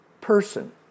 person